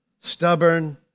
stubborn